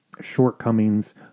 shortcomings